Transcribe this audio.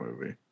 movie